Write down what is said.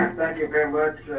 um thank you very much,